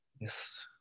Yes